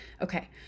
Okay